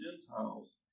Gentiles